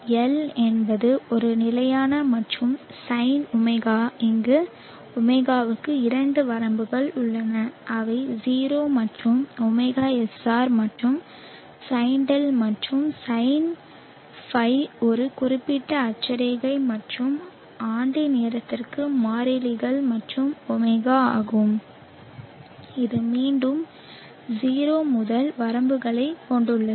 L என்பது ஒரு நிலையான மற்றும் sine ω இங்கு ஒமேகாவுக்கு இரண்டு வரம்புகள் உள்ளன அவை 0 மற்றும் ωSR மற்றும் sine δ மற்றும் sine φ ஒரு குறிப்பிட்ட அட்சரேகை மற்றும் ஆண்டின் நேரத்திற்கு மாறிலிகள் மற்றும் ஒமேகா ஆகும் இது மீண்டும் 0 முதல் வரம்புகளைக் கொண்டுள்ளது